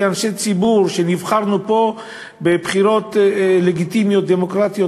כאנשי ציבור שנבחרנו פה בבחירות לגיטימיות ודמוקרטיות,